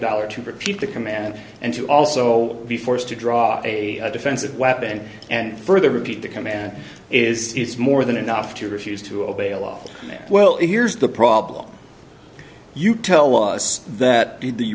dollar to repeat the command and to also be forced to draw a defensive weapon and further repeat the command is it's more than enough to refuse to obey a lawful well here's the problem you tell us that